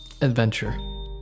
adventure